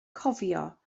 cofio